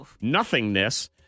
nothingness